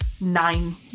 nine